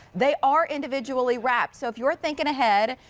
they are individually wrapped. so if you're thinking ahead,